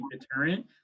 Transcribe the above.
deterrent